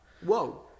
Whoa